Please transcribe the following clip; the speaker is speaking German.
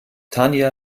tanja